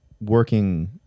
working